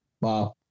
Wow